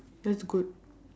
that's good